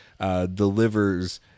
Delivers